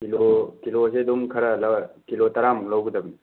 kilo ꯀꯤꯂꯣꯁꯦ ꯑꯗꯨꯝ ꯈꯔ ꯂꯧ ꯀꯤꯂꯣ ꯇꯔꯥꯃꯨꯛ ꯂꯧꯒꯗꯕꯅꯦ